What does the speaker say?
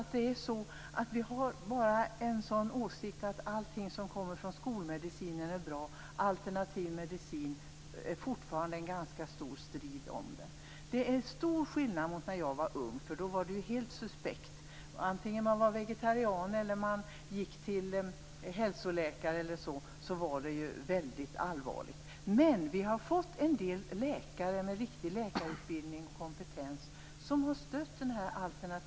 Ta bara åsikten att allting som härrör från skolmedicinen är bra. Däremot är det fortfarande ganska stor strid om detta med alternativ medicin men det är stor skillnad jämfört med hur det var när jag var ung. Då var sådant här helt suspekt. Vare sig man var vegetarian eller man gick exempelvis till hälsoläkare så ansågs det väldigt allvarligt. Nu har vi emellertid fått en del läkare med riktig läkarutbildning och kompetens som stöder de alternativa metoderna.